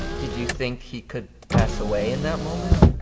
did you think he could pass away in that moment?